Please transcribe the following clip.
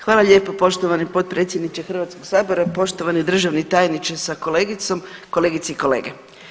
Hvala lijepo poštovani potpredsjedniče Hrvatskog sabora, poštovani državni tajniče sa kolegicom, kolegice i kolege.